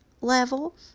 level